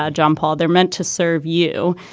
ah john paul, they're meant to serve you.